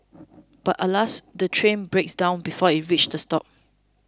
but alas the train breaks down before it reaches the stop